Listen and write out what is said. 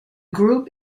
group